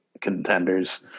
contenders